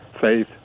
faith